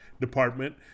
department